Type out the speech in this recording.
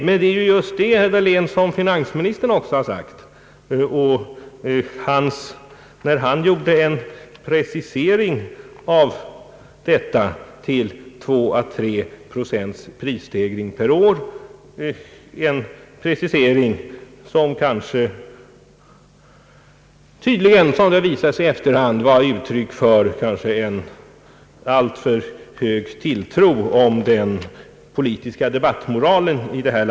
Men det är just det, herr Dahlén, som finansministern också sade, när han preciserade prisstabiliteten till två å tre procent prisstegring per år, en precisering som kanske tydligen — som det visar sig i efterhand — var uttryck för en alltför hög tilltro till den politiska debattmoralen i detta land.